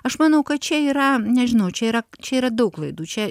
aš manau kad čia yra nežinau čia yra čia yra daug klaidų čia